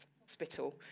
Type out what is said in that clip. Hospital